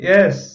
Yes